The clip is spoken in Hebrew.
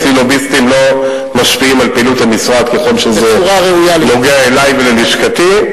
אצלי לוביסטים לא משפיעים על פעילות המשרד ככל שזה נוגע אלי וללשכתי.